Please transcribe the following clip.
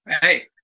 hey